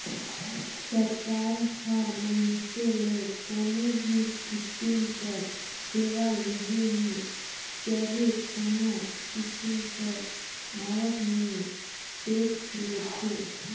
सरकार ह मइनसे ले कोनो भी किसिम कर सेवा लेहे में चहे कोनो किसिम कर आवक में टेक्स लेथे